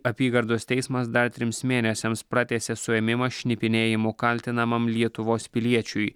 apygardos teismas dar trims mėnesiams pratęsė suėmimą šnipinėjimu kaltinamam lietuvos piliečiui